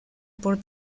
por